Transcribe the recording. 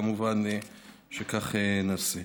כמובן כך נעשה.